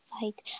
fight